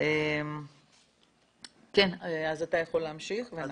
אתה יכול להמשיך.